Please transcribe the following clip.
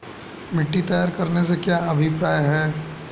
मिट्टी तैयार करने से क्या अभिप्राय है?